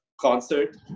concert